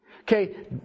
Okay